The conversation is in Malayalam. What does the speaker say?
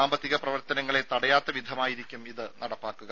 സാമ്പത്തിക പ്രവർത്തനങ്ങളെ തടയാത്ത വിധമായിരിക്കും ഇത് നടപ്പാക്കുക